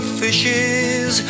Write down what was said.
fishes